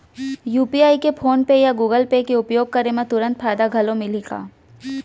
UPI के PhonePe या Google Pay के उपयोग करे म तुरंत फायदा घलो मिलही का?